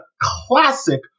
classic